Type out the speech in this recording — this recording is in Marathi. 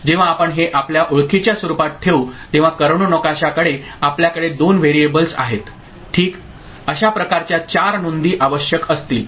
जेव्हा आपण हे आपल्या ओळखीच्या स्वरूपात ठेवू तेव्हा कर्णो नकाशाकडे आपल्याकडे 2 व्हेरिएबल्स आहेत ठीक अशा प्रकारच्या चार नोंदी आवश्यक असतील